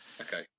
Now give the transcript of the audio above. okay